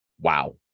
wow